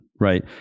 right